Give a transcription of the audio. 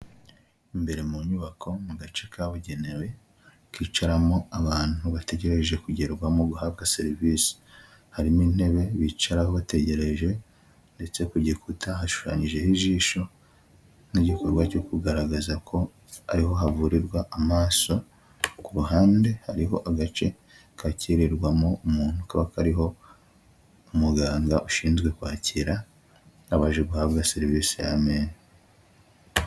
Imbere mu nyubako mu gace kabugenewe, kicaramo abantu bategereje kugerwaho mu guhabwa serivisi, harimo intebe bicaraho bategereje ndetse ku gikuta hashushanyijeho ijisho nk'igikorwa cyo kugaragaza ko ariho havurirwa amaso, ku ruhande hariho agace kakirirwamo umuntu, kaba kariho umuganga ushinzwe kwakira abaje guhabwa serivisi y'amenyo.